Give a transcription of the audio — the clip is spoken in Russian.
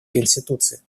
конституции